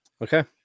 Okay